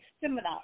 seminar